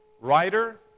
writer